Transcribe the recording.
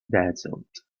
dazzled